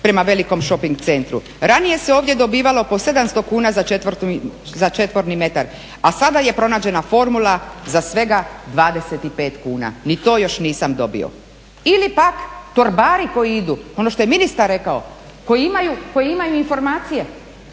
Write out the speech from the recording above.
prema velikom šoping centru. Ranije se ovdje dobivalo po 700 kuna za četvorni metar, a sada je pronađena formula za svega 25 kuna. Ni to još nisam dobio. Ili pak torbari koji idu, ono što je ministar rekao, koji imaju informacije.